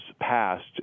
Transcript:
passed